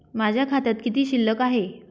माझ्या खात्यात किती शिल्लक आहे?